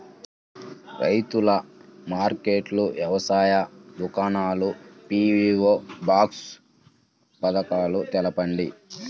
రైతుల మార్కెట్లు, వ్యవసాయ దుకాణాలు, పీ.వీ.ఓ బాక్స్ పథకాలు తెలుపండి?